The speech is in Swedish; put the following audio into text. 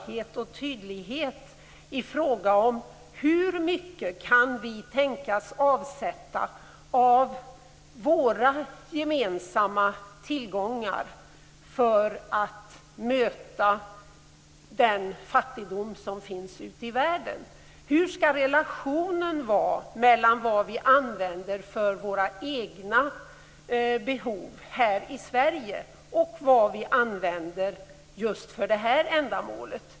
Hur mycket kan vi avsätta av våra gemensamma tillgångar för att möta den fattigdom som finns ute i världen? Hur skall relationen vara mellan det som vi använder för våra egna behov här i Sverige och det som vi använder för det här ändamålet?